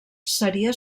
seria